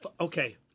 Okay